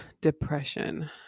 Depression